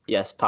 Yes